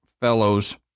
fellows